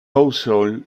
also